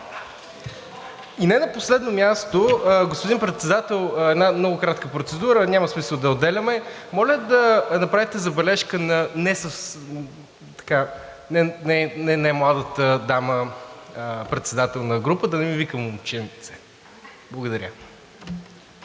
И не на последно място, господин Председател, една много кратка процедура, няма смисъл да я отделяме, моля да направите забележка на немладата дама председател на група да не ми вика момченце. Благодаря.